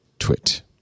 twit